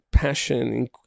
passion